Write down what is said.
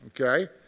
okay